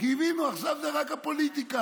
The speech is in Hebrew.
כי הבינו שעכשיו זה רק הפוליטיקה.